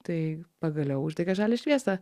tai pagaliau uždegė žalią šviesą